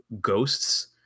ghosts